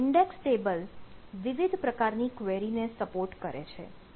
અને index table વિવિધ પ્રકારની ક્વેરીને સપોર્ટ કરે છે